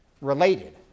related